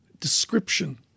description